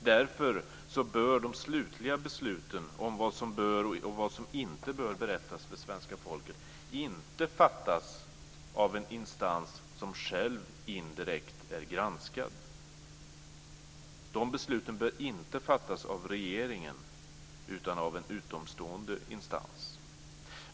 Därför borde de slutliga besluten om vad som bör och inte bör berättas för svenska folket inte fattas av en instans som själv indirekt är granskad. De besluten bör således inte fattas av regeringen utan av en utomstående instans.